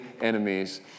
enemies